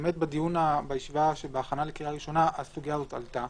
באמת בישיבה בהכנה לקריאה ראשונה הסוגיה הזאת עלתה,